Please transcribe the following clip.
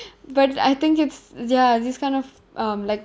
but I think it's ya this kind of um like